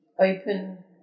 open